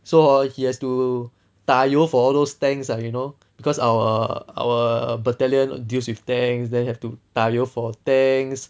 so he has to 打油 for all those tanks ah you know because our our battalion deals with tanks then you have to 打油 for tanks